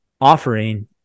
offering